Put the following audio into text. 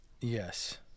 Yes